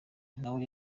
nawe